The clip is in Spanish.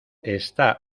está